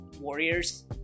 Warriors